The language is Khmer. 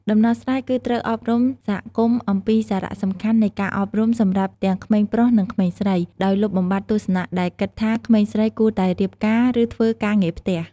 ដំណោះស្រាយគឺត្រូវ អប់រំសហគមន៍អំពីសារៈសំខាន់នៃការអប់រំសម្រាប់ទាំងក្មេងប្រុស និងក្មេងស្រី ដោយលុបបំបាត់ទស្សនៈដែលគិតថាក្មេងស្រីគួរតែរៀបការ ឬធ្វើការងារផ្ទះ។